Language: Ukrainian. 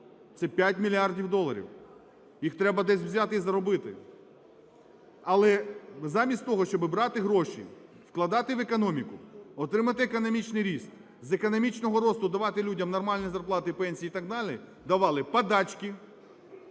це 5 мільярдів доларів. Їх треба десь взяти і заробити. Але замість того, щоб брати гроші, вкладати в економіку, отримати економічний ріст, з економічного росту давати людям нормальні зарплати, пенсії і так далі давали подачки,